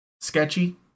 sketchy